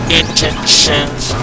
intentions